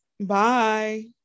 bye